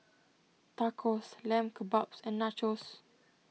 Tacos Lamb Kebabs and Nachos